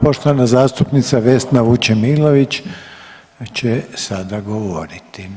Poštovana zastupnica Vesna Vučemilović će sada govoriti.